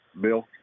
Bill